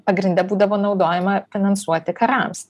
pagrinde būdavo naudojama finansuoti karams